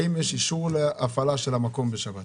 האם יש אישור להפעלה של המקום בשבת?